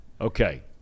Okay